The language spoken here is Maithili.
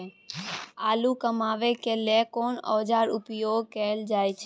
आलू कमाबै के लेल कोन औाजार उपयोग कैल जाय छै?